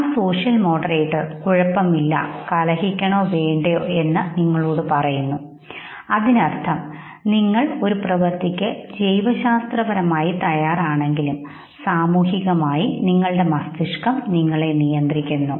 ആ social moderator കുഴപ്പമില്ലകലഹിക്കാണോ വേണ്ടയോ എന്ന് നിങ്ങളോട് പറയുന്നു അതിനർത്ഥം നിങ്ങൾ ഒരു പ്രവൃത്തിക്ക് ജൈവശാസ്ത്രപരമായി തയ്യാറാണെങ്കിലും സാമൂഹികമായി നിങ്ങളുടെ മസ്തിഷ്കം നിങ്ങളെ നിയന്ത്രിക്കുന്നു